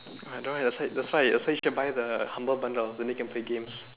don't worry that's why that's why you should buy the humble bundle then can play games